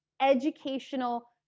educational